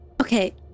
Okay